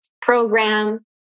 programs